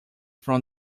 from